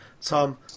Tom